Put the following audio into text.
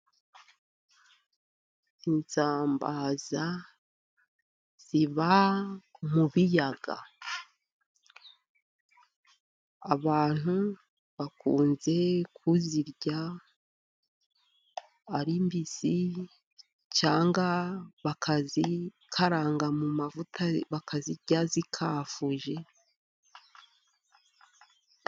Isambaza ziba mu biyaga. Abantu bakunze kuzirya ari mbisi, cyangwa bakazikaranga mu mavuta bakazirya zikafuje.